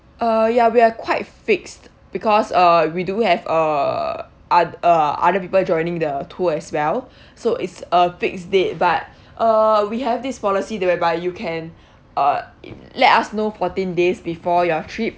uh ya we are quite fixed because uh we do have uh oth~ uh other people joining the tour as well so it's a fixed date but uh we have this policy the whereby you can uh let us know fourteen days before your trip